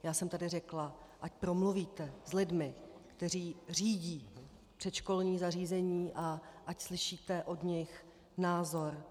Já jsem tady řekla, ať promluvíte s lidmi, kteří řídí předškolní zařízení, a ať slyšíte od nich názor.